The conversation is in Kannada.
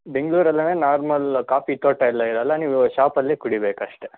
ಬೆಂಗಳೂರಲ್ಲಿ ಅಂದರೆ ನಾರ್ಮಲ್ ಕಾಫಿ ತೋಟಾಯೆಲ್ಲ ಇರಲ್ಲ ನೀವು ಶಾಪಲ್ಲೆ ಕುಡಿಬೇಕಷ್ಟೆ